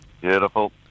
Beautiful